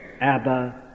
Abba